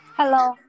Hello